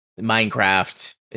Minecraft